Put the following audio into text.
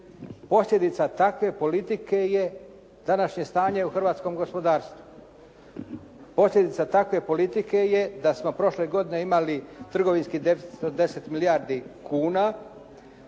Posljedica takve politike je današnje stanje u hrvatskom gospodarstvu. Posljedica takve politike je da smo prošle godine imali trgovinski deficit od 10 milijardi kuna,